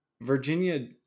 virginia